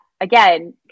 again